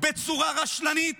בצורה רשלנית